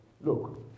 Look